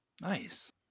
nice